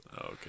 okay